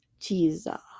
Jesus